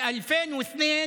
(אומר דברים בשפה הערבית,